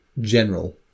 general